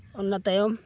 ᱚᱱᱟ ᱛᱟᱭᱚᱢ